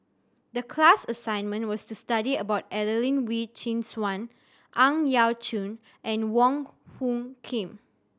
the class assignment was to study about Adelene Wee Chin Suan Ang Yau Choon and Wong Hung Khim